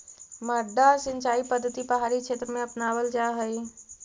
मड्डा सिंचाई पद्धति पहाड़ी क्षेत्र में अपनावल जा हइ